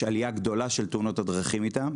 עלייה גדולה של תאונות הדרכים איתם.